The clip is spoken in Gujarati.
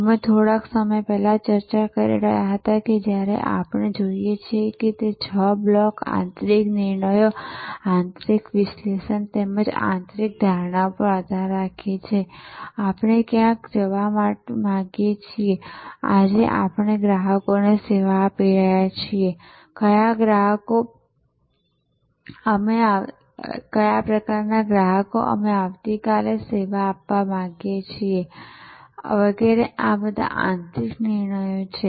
અમે થોડા સમય પહેલા ચર્ચા કરી રહ્યા હતા જ્યારે આપણે જોઈએ છીએ કે તે છ બ્લોક આંતરિક નિર્ણયો અને આંતરિક વિશ્લેષણ તેમજ આંતરિક ધારણાઓ પર આધાર રાખે છે કે આપણે ક્યાં જવા માંગીએ છીએ આજે આપણે કયા ગ્રાહકોને સેવા આપી રહ્યા છીએ કયા પ્રકારના ગ્રાહકો અમે આવતીકાલે સેવા આપવા માંગીએ છીએ વગેરે આ બધા આંતરિક નિર્ણયો છે